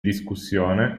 discussione